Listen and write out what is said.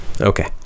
Okay